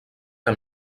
que